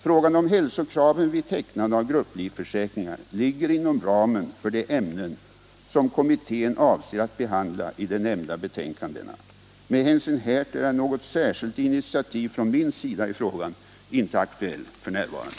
Frågan om hälsokraven vid tecknande av grupplivförsäkringar ligger inom ramen för de ämnen som kommittén avser att behandla i de nämnda betänkandena. Med hänsyn härtill är något särskilt initiativ från min sida i frågan inte aktuellt f.n.